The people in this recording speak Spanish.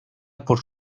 por